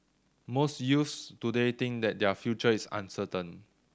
most youths today think that their future is uncertain